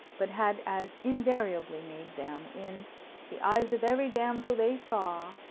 but had as invariably made them, in the eyes of every damsel they saw,